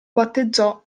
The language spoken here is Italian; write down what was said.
battezzò